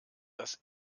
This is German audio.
dass